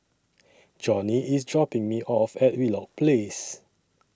Johnny IS dropping Me off At Wheelock Place